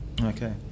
Okay